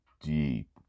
deep